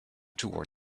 toward